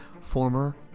former